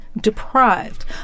deprived